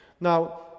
now